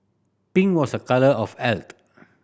pink was a colour of health